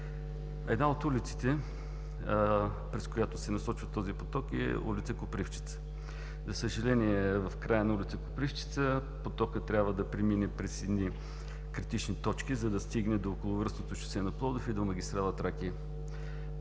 Една от улиците, през които се насочва този поток, е ул. „Копривщица“. За съжаление, в края на улицата потокът трябва да премине през едни критични точки, за да стигне до околовръстното шосе на Пловдив и до магистрала „Тракия“.